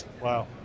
Wow